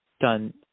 done